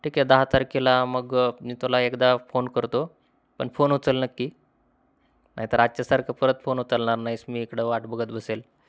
ठीक आहे दहा तारखेला मग मी तुला एकदा फोन करतो पण फोन उचल नक्की नाहीतर आजच्यासारखं परत फोन उचालणार नाहीस मी इकडं वाट बघत बसेल